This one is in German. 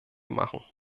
machen